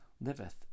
liveth